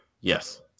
Yes